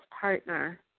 partner